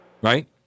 Right